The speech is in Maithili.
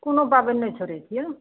कोनो पाबनि नहि छोड़य छियै